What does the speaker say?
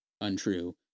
untrue